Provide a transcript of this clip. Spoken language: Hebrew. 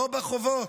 לא בחובות.